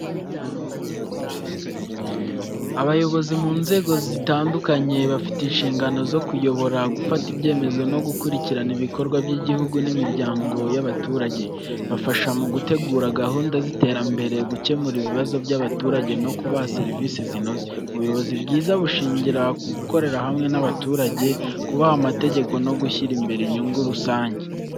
Abayobozi mu nzego zitandukanye bafite inshingano zo kuyobora, gufata ibyemezo no gukurikirana ibikorwa by’igihugu n’imiryango y’abaturage. Bafasha mu gutegura gahunda z’iterambere, gukemura ibibazo by’abaturage no kubaha serivisi zinoze. Ubuyobozi bwiza bushingira ku gukorera hamwe n’abaturage, kubaha amategeko no gushyira imbere inyungu rusange.